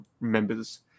members